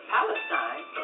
Palestine